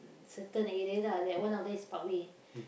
certain areas lah that one of them is Parkway